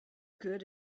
good